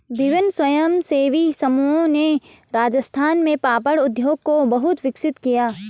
विभिन्न स्वयंसेवी समूहों ने राजस्थान में पापड़ उद्योग को बहुत विकसित किया